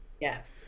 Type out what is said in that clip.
Yes